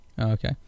Okay